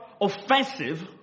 offensive